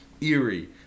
eerie